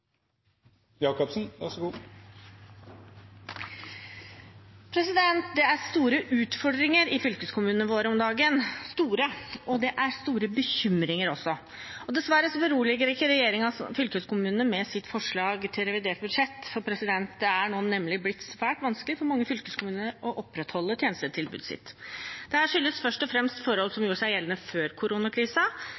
store bekymringer. Dessverre beroliger ikke regjeringen fylkeskommunene med sitt forslag til revidert budsjett, for det er nå nemlig blitt svært vanskelig for mange fylkeskommuner å opprettholde tjenestetilbudet sitt. Det skyldes først og fremst forhold som